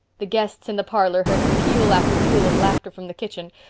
the guests in the parlor heard peal after peal of laughter from the kitchen,